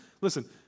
listen